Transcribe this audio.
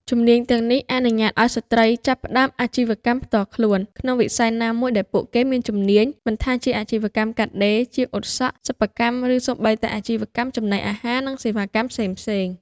ជំនាញទាំងនេះអនុញ្ញាតឱ្យស្ត្រី ចាប់ផ្តើមអាជីវកម្មផ្ទាល់ខ្លួន ក្នុងវិស័យណាមួយដែលពួកគេមានជំនាញ មិនថាជាអាជីវកម្មកាត់ដេរ ជាងអ៊ុតសក់ សិប្បកម្ម ឬសូម្បីតែអាជីវកម្មចំណីអាហារ និងសេវាកម្មផ្សេងៗ។